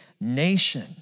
nation